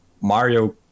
Mario